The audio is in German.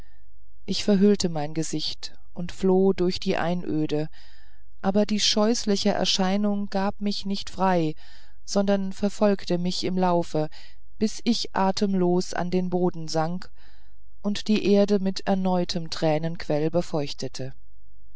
ich verhüllte mein gesicht und floh durch die einöde aber die scheußliche erscheinung gab mich nicht frei sondern verfolgte mich im laufe bis ich atemlos an den boden sank und die erde mit erneuertem tränenquell befeuchtete